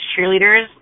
cheerleaders